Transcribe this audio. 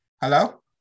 Hello